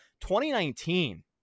2019